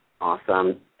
awesome